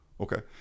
okay